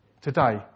Today